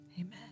Amen